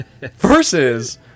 versus